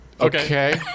Okay